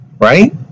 right